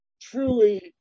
truly